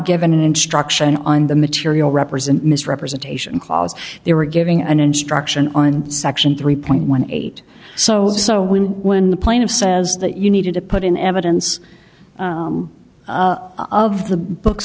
given an instruction on the material represent misrepresentation clause they were giving an instruction on section three point one eight so when the plane of says that you needed to put in evidence of the books